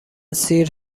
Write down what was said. سیر